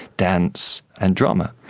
dance and drama.